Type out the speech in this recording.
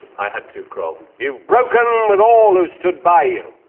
i had to, kroll. you've broken um with all who've stood by you.